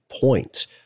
point